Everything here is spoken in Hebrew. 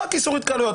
רק איסור התקהלויות,